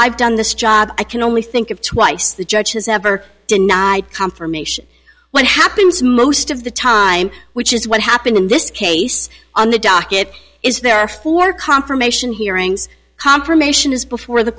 i've done this job i can only think of twice the judge has ever denied confirmation what happens most of the time which is what happened in this case on the docket is there for confirmation hearings confirmation is before the